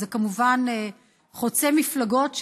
וזה כמובן חוצה מפלגות,